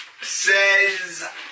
says